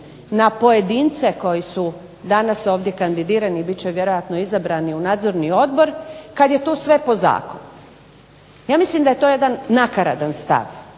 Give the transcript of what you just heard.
na pojedince koji su danas ovdje kandidirani, i bit će vjerojatno izabrani u nadzorni odbor, kad je tu sve po zakonu. Ja mislim da je to jedan nakaradan stav,